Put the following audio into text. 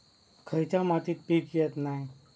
खयच्या मातीत पीक येत नाय?